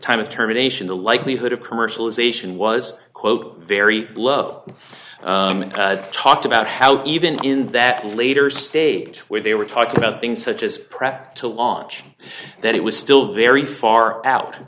time of terminations the likelihood of commercialization was quote very low talked about how even in that later state where they were talking about things such as prep to launch that it was still very far